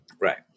Right